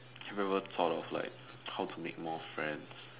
have you ever thought of like how to make more friends